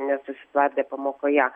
nesusitvardė pamokoje